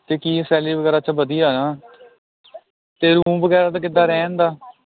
ਅਤੇ ਕੀ ਆ ਸੈਲਰੀ ਵਗੈਰਾ ਅੱਛਾ ਵਧੀਆ ਆ ਅਤੇ ਰੂਮ ਵਗੈਰਾ ਦਾ ਕਿੱਦਾਂ ਰਹਿਣ ਦਾ